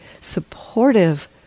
supportive